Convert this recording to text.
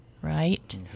right